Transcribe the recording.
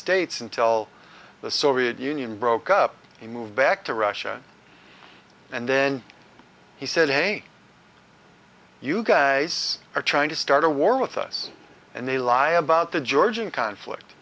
states until the soviet union broke up he moved back to russia and then he said hey you guys are trying to start a war with us and they lie about the georgian conflict